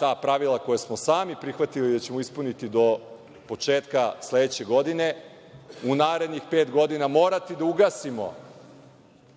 ta pravila koja smo sami prihvatili da ćemo ispuniti do početka sledeće godine, u narednih pet godina morati da ugasimo